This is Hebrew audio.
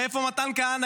איפה מתן כהנא?